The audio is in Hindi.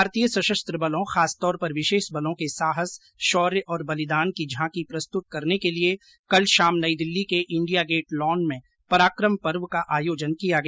भारतीय सशस्त्र बलों खासतौर पर विशेष बलों के साहस शौर्य और बलिदान की झांकी प्रस्तुत करने के लिए कल शाम नई दिल्ली के इंडिया गेट लॉन में पराक्रम पर्व का आयोजन किया गया